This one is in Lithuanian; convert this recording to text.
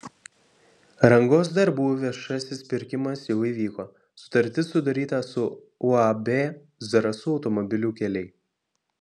rangos darbų viešasis pirkimas jau įvyko sutartis sudaryta su uab zarasų automobilių keliai